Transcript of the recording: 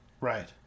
Right